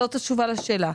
זאת התשובה לשאלה.